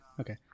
Okay